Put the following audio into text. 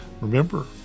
Remember